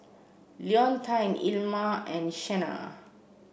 Leontine Ilma and Shenna